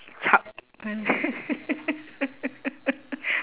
chuck